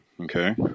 Okay